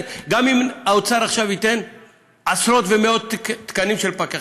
גם אם האוצר עכשיו ייתן עשרות ומאות תקנים של פקחים,